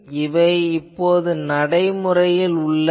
இவை இப்போது நடைமுறையில் உள்ளன